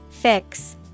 Fix